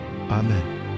amen